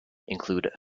include